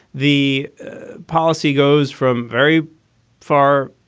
the policy goes from very far.